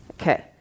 Okay